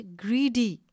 greedy